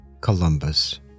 Columbus